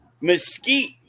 Mesquite